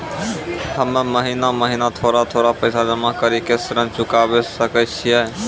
हम्मे महीना महीना थोड़ा थोड़ा पैसा जमा कड़ी के ऋण चुकाबै सकय छियै?